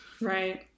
Right